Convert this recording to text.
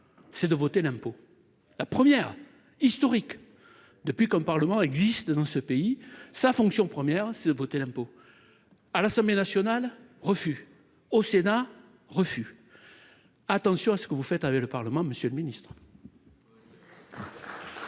c'est de voter l'impôt, la première historique depuis comme Parlement existe dans ce pays, sa fonction première, c'est de voter l'impôt à l'Assemblée nationale, refus au Sénat refus attention à ce que vous faites avec le Parlement monsieur le ministre.